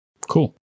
Cool